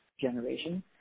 generation